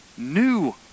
new